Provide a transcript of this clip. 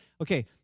Okay